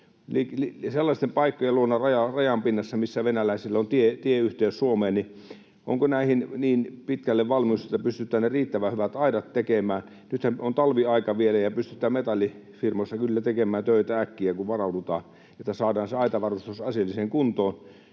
sellaisten paikkojen luona rajan pinnassa, missä venäläisillä on tieyhteys Suomeen, on niin pitkälle valmius, että pystytään riittävän hyvät aidat tekemään? Nythän on talviaika vielä ja pystytään metallifirmoissa kyllä tekemään töitä äkkiä, kun varaudutaan, että saadaan se aitavarustus asialliseen kuntoon.